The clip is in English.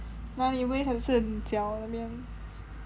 哪里 waist 还是脚那边